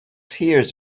hears